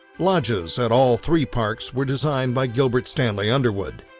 lodges at all three parks were designed by gilbert stanley underwood.